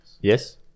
Yes